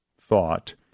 thought